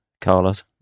Carlos